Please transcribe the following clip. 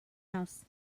house